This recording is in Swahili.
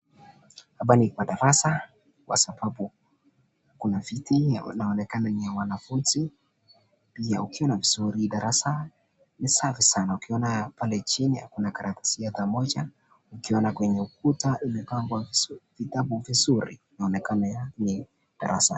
Hapa ni kwa darasa kwa sababu kuna viti na inaonekana ni ya wanafunzi, ukiona vizuri darasa ni safi sana ukiona pale jini hakuna karatasi ata moja, ukiona kwenye ukuta imepangwa vitabu vizuri, inaonekana ni darasa.